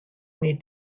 may